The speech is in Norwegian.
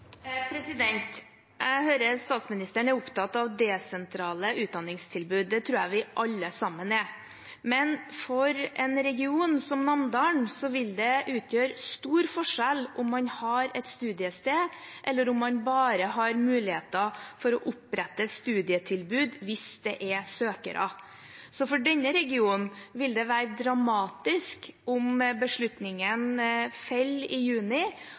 Jeg hører at statsministeren er opptatt av desentrale utdanningstilbud. Det tror jeg vi alle sammen er. Men for en region som Namdalen vil det utgjøre en stor forskjell om man har et studiested, eller om man bare har muligheter for å opprette studietilbud hvis det er søkere. Så for denne regionen vil